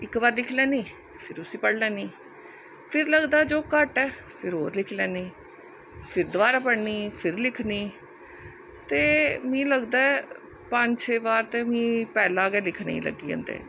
इक बार दिक्खी लैनी उस्सी पढ़ी लैनी फिर लगदा जो घट्ट ऐ फिर होर लिखी लैनी फिर दोबारा पढ़नी फिरी लिखनी ते मिगी लगदा ऐ पंज छे बार ते मिगी पैह्ला गै लिखने गी लग्गी जंदे